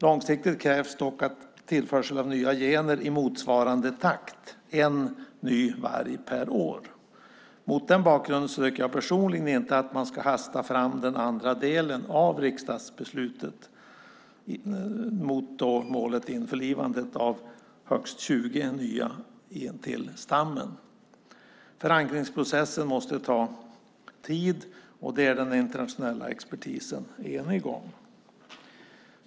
Långsiktigt krävs dock tillförsel av nya gener i motsvarande takt - en ny varg per år. Mot den bakgrunden tycker jag personligen inte att man ska hasta fram den andra delen av riksdagsbeslutet mot målet att införliva högst 20 nya vargar i stammen. Förankringsprocessen måste ta tid, och det är den internationella expertisen enig om.